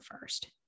first